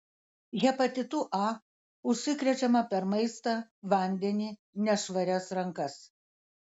hepatitu a užsikrečiama per maistą vandenį nešvarias rankas